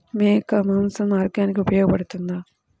మేక మాంసం ఆరోగ్యానికి ఉపయోగపడుతుందా?